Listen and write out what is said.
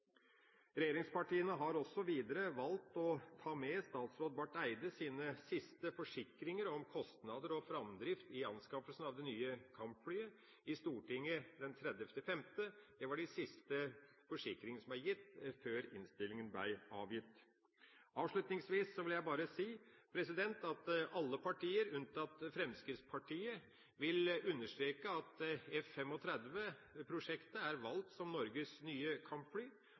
Regjeringspartiene har også videre valgt å ta med statsråd Barth Eides siste forsikringer om kostnader og framdrift i anskaffelsen av det nye kampflyet i Stortinget den 30. mai. Det er de siste forsikringer som ble gitt før innstillinga ble avgitt. Avslutningsvis vil jeg si at alle partier, unntatt Fremskrittspartiet, vil understreke at F-35-prosjektet er valgt som Norges nye kampfly,